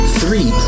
three